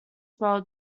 world